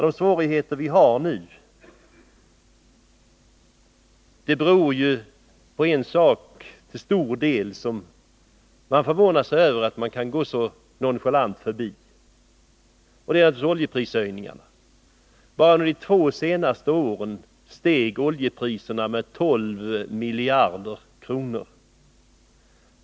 Det förvånar mig att man så nonchalant går förbi vårt verkligt stora problem, nämligen oljeprishöjningarna. Bara under de senaste två åren har oljepriserna stigit med sammanlagt 12 miljarder kronor.